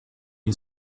une